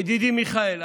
ידידי מיכאל,